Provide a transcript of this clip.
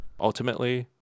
ultimately